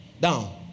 Down